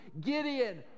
Gideon